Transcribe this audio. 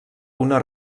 una